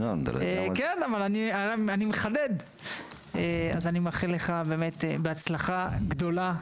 אני מאחל לך באמת בהצלחה גדולה.